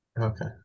Okay